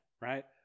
Right